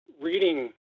reading